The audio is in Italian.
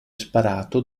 sparato